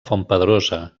fontpedrosa